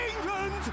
England